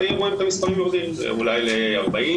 היו רואים את המספרים יורדים אולי ל-30,